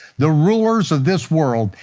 the rulers of this world,